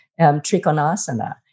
Trikonasana